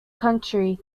country